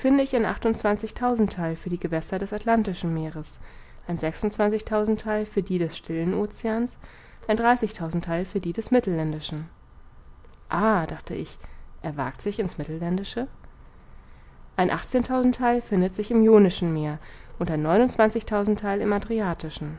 für die gewässer des atlantischen meeres ein sechsundzwanzigtausendtheil für die des stillen oceans ein dreißigtausendtheil für die des mittelländischen ah dachte ich er wagt sich in's mittelländische ein achtzehntausendtheil findet sich im ionischen meer und ein neunundzwanzigtausendtheil im